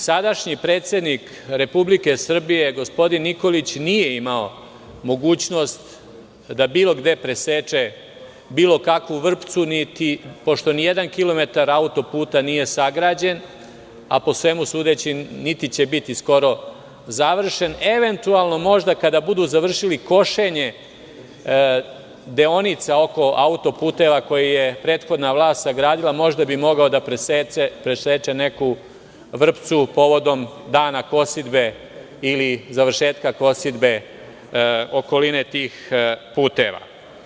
Sadašnji predsednik Republike Srbije, gospodin Nikolić nije imao mogućnost da bilo gde preseče bilo kakvu vrpcu pošto nijedan kilometar auto puta nije sagrađen, a po svemu sudeći niti će biti skoro završen, eventualno možda kada budu završili košenje deonica oko auto puteva koji je prethodna vlast sagradila možda bi mogao da preseče neku vrpcu povodom dana kosidbe ili završetka kosidbe okoline tih puteva.